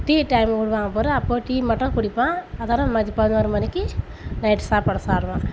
tea time விடுவாங்க பார் அப்போது டீ மட்டும் குடிப்பான் அதோடு பதினோரு மணிக்கு நைட்டு சாப்பாடை சாப்பிடுவான்